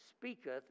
speaketh